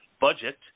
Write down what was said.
budget